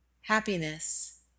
happiness